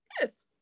Yes